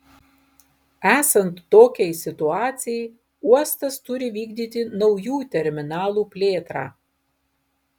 esant tokiai situacijai uostas turi vykdyti naujų terminalų plėtrą